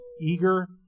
eager